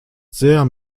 sehr